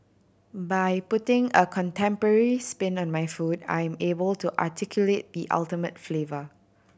by putting a contemporary spin on my food I am able to articulate the ultimate flavour